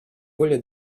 более